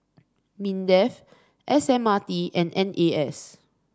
Mindef S M R T and N A S